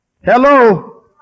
Hello